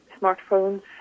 smartphones